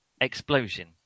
explosion